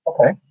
Okay